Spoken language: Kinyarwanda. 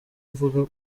mvuga